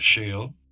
shield